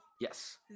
Yes